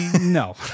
No